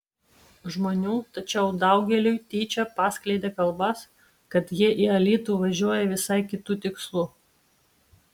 žmonių tačiau daugeliui tyčia paskleidė kalbas kad jie į alytų važiuoja visai kitu tikslu